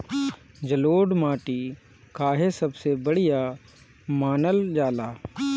जलोड़ माटी काहे सबसे बढ़िया मानल जाला?